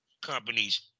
companies